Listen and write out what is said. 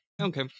Okay